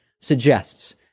suggests